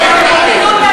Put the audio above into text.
מדברים כל הזמן?